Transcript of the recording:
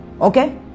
Okay